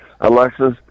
Alexis